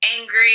Angry